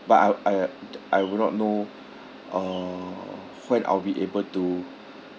but I I'd I would not know uh when I'll be able to